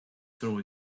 throw